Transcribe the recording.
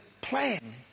plan